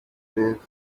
days